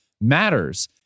matters